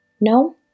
No